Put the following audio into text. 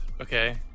okay